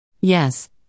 Yes